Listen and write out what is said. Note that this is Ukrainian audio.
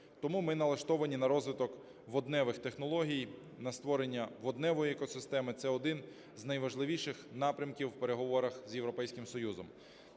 Тому ми налаштовані на розвиток водневих технологій, на створення водневої екосистеми – це один з найважливіших напрямків у переговорах з Європейським Союзом.